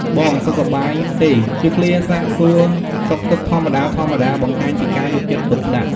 "បងសុខសប្បាយទេ?"ជាឃ្លាសាកសួរសុខទុក្ខធម្មតាៗបង្ហាញពីការយកចិត្តទុកដាក់។